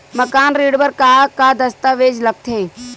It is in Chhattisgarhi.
मकान ऋण बर का का दस्तावेज लगथे?